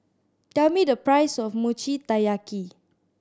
tell me the price of Mochi Taiyaki